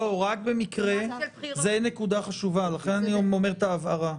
זו נקודה חשובה, לכן אני אומר את ההבהרה.